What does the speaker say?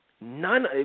none